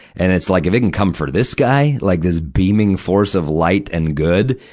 and it's like, if it can come for this guy, like this beaming force of light and good,